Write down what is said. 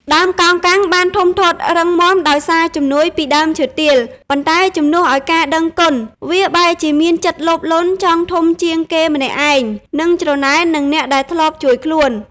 ដើមកោងកាងបានធំធាត់រឹងមាំដោយសារជំនួយពីដើមឈើទាល ប៉ុន្តែជំនួសឲ្យការដឹងគុណ វាបែរជាមានចិត្តលោភលន់ចង់ធំជាងគេម្នាក់ឯង និងច្រណែននឹងអ្នកដែលធ្លាប់ជួយខ្លួន។